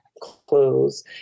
clothes